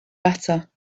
better